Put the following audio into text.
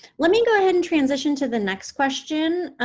let me go ahead and transition to the next question.